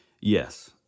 yes